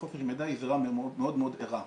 חופש מידע היא זירה מאוד מאוד ערה.